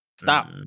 stop